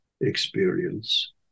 experience